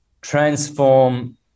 transform